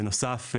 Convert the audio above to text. בנוסף,